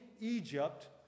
Egypt